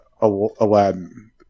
Aladdin